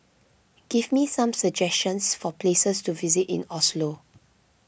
give me some suggestions for places to visit in Oslo